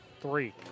three